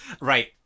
Right